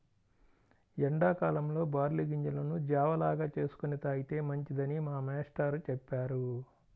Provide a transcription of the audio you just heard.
ఎండా కాలంలో బార్లీ గింజలను జావ లాగా చేసుకొని తాగితే మంచిదని మా మేష్టారు చెప్పారు